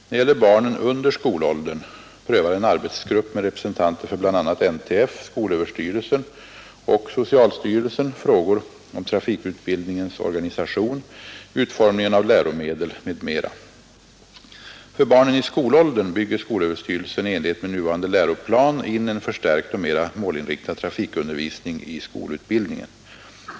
När det gäller barnen under skolåldern prövar en arbetsgrupp med representanter för bl.a. NTF, skolöverstyrelsen och socialstyrelsen frågor om trafikutbildningens organisation, utformningen av läromedel m.m. För barnen i skolåldern bygger skolöverstyrelsen i enlighet med nuvarande läroplan in en förstärkt och mera målinriktad trafikundervisning i skolutbildningen.